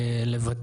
מתכבד